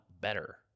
better